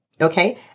okay